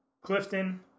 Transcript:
Clifton